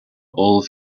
all